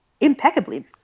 impeccably